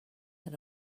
than